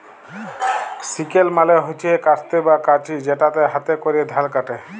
sickle মালে হচ্যে কাস্তে বা কাঁচি যেটাতে হাতে ক্যরে ধাল কাটে